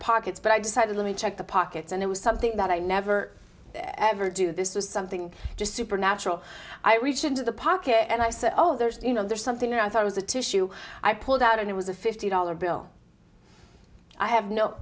pockets but i decided let me check the pockets and it was something that i never ever do this was something just supernatural i reached into the pocket and i said oh there's you know there's something that i thought was a tissue i pulled out and it was a fifty dollar bill i have no